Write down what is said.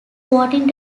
voting